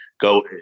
go